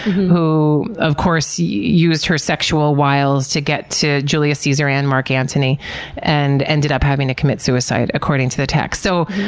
who, of course, used her sexual wiles to get to julius caesar and mark antony and ended up having to commit suicide, according to the text. so,